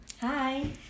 Hi